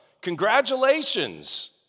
congratulations